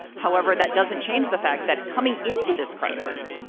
however, that doesn't change the fact that coming into this crisis,